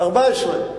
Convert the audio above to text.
14,